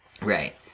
Right